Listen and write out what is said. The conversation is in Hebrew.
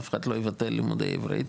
אף אחד לא יבטל לימודי עברית